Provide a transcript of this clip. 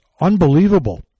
unbelievable